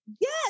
Yes